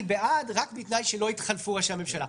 בעד רק בתנאי שלא יתחלפו ראשי הממשלה,